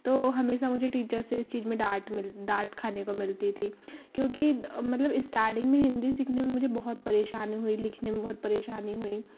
तो हमेशा मुझे टीचर से इस चीज़ में डांट मिल डांट खाने को मिलती थी क्योंकि मतलब इस्टार्टिंग में हिंदी सीखने में मुझे बहुत परेशानी हुई लिखने में बहुत परेशानी हुई